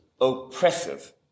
oppressive